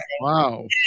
Wow